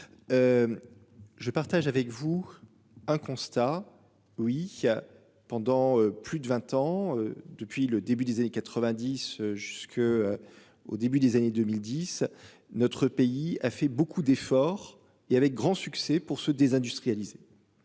Je partage avec vous un constat. Oui il a pendant plus de 20 ans depuis le début des années 90 jusqu'. Au début des années 2010. Notre pays a fait beaucoup d'efforts, il y avait de grands succès pour se désindustrialiser.